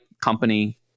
company